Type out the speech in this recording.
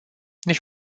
nici